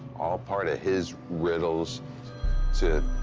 all part of his riddles to,